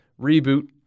reboot